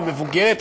או מבוגרת,